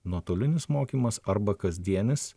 nuotolinis mokymas arba kasdienis